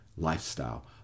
lifestyle